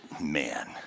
man